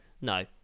No